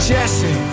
Jesse